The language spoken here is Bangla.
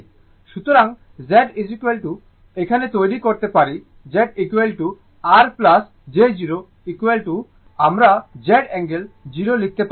সুতরাং Z এখানে তৈরি করতে পারি Z R j 0 আমরা Z অ্যাঙ্গেল 0 লিখতে পারি